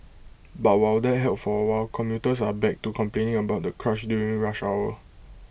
but while that helped for A while commuters are back to complaining about the crush during rush hour